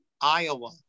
Iowa